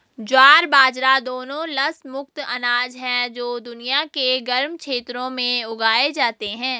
ज्वार बाजरा दोनों लस मुक्त अनाज हैं जो दुनिया के गर्म क्षेत्रों में उगाए जाते हैं